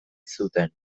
zuten